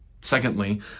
Secondly